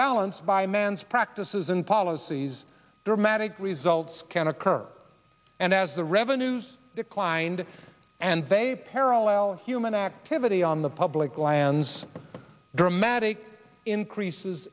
balance by man's practices and policies dramatic results can occur and as the revenues declined and they parallel human activity on the public lands dramatic increases